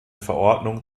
verordnung